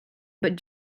but